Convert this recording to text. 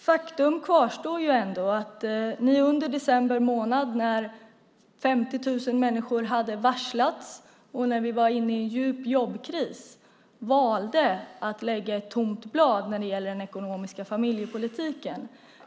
Faktum kvarstår ändå att ni under december månad när 50 000 människor hade varslats och vi var inne i en djup jobbkris valde att lämna ett tomt blad när det gäller den ekonomiska familjepolitiken.